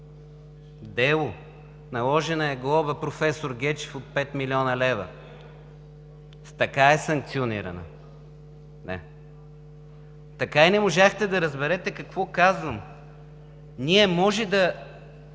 дело, наложена е глоба, професор Гечев, от 5 млн. лв. Така е санкционирана. Така и не можахте да разберете какво казвам. Ние може да